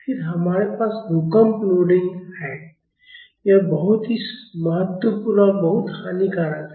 फिर हमारे पास भूकंप लोडिंग है यह बहुत ही महत्वपूर्ण और बहुत हानिकारक है